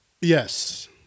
yes